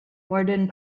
morden